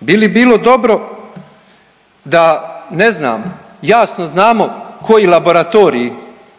Bi li bilo dobro da ne znam jasno znamo koji laboratoriji